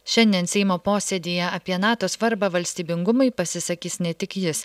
šiandien seimo posėdyje apie nato svarbą valstybingumui pasisakys ne tik jis